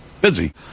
busy